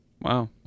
Wow